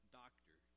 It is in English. doctor